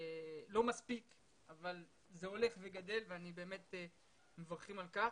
לא מספיק אבל הוא הולך וגדל ואני באמת מברך על כך.